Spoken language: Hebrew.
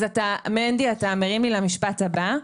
מנדי, אתה מרים לי למשפט הבא.